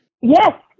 Yes